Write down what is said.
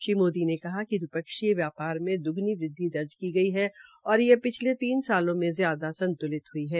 श्री मोदी ने कहा कि दविपक्षीय व्यापार में द्ग्णी वृदवि दर्ज की गई है और यह पिछले तीन सालें में ज्यादा संतुलित ह्ई है